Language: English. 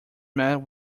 met